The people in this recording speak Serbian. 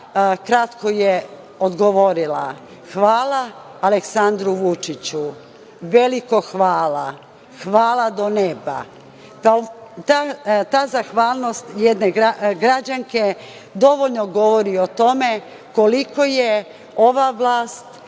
kratko odgovorila – hvala Aleksandru Vučiću, veliko hvala, hvala do neba. Ta zahvalnost jedne građanke dovoljno govori o tome koliko je ova vlast,